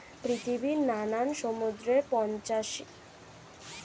পৃথিবীর নানান সমুদ্রে পঁচাশি হাজারেরও বেশি কম্বোজ প্রাণী পাওয়া যায়